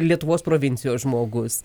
lietuvos provincijos žmogus